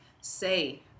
say